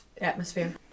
atmosphere